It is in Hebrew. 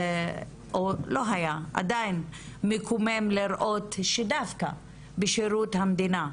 זה עדיין מקומם לראות שדווקא בשירות המדינה,